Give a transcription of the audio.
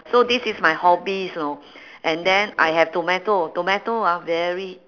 so this is my hobbies know and then I have tomato tomato ah very